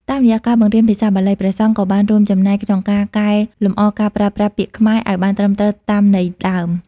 តាមរយៈការបង្រៀនភាសាបាលី ព្រះសង្ឃក៏បានរួមចំណែកក្នុងការកែលម្អការប្រើប្រាស់ពាក្យខ្មែរឱ្យបានត្រឹមត្រូវតាមន័យដើម។